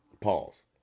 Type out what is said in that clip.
pause